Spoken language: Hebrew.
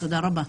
תודה רבה.